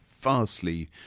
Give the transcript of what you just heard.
vastly